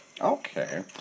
Okay